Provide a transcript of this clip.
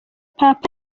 papa